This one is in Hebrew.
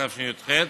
התשי"ח,